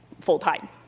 full-time